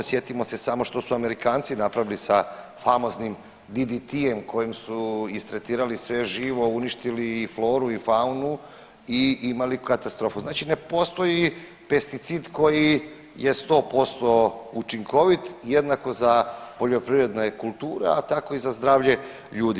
Sjetimo se samo što su Amerikanci napravili sa famoznim DDT-jem kojim su istretirali sve živo, uništili i floru i faunu i imali katastrofu, znači ne postoji pesticid koji je 100% učinkovit jednako za poljoprivredna je kultura, a tako i za zdravlje ljudi.